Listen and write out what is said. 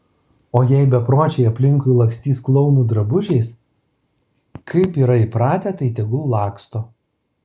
o jei bepročiai aplinkui lakstys klounų drabužiais kaip yra įpratę tai tegul laksto